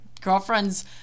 girlfriend's